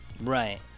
right